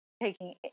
taking